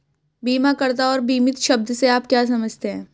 बीमाकर्ता और बीमित शब्द से आप क्या समझते हैं?